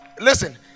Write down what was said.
Listen